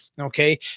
okay